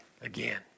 again